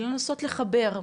ולנסות לחבר,